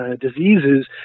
diseases